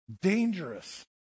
Dangerous